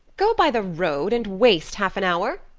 go by the road and waste half an hour!